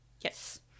Yes